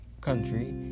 country